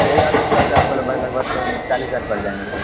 سر ایک آدمی کا خرچ آپ کو لگ بھگ لگ بھگ چالیس ہزار پڑ جائیں گے